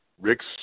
Rick's